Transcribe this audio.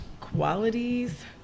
Qualities